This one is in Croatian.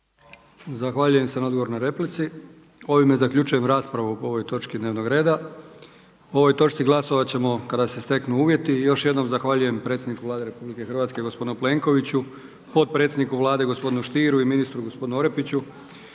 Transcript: Zahvaljujem se na odgovoru na repliku. Ovime zaključujem raspravu o ovoj točki dnevnog reda. O ovoj točci glasovat ćemo kada se steknu uvjeti. I još jednom zahvaljujem predsjedniku Vlade RH gospodinu Plenkoviću, potpredsjedniku Vladu gospodinu Stieru i ministru gospodinu Orepiću